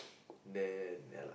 then ya lah